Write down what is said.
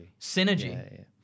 Synergy